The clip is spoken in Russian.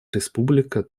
республика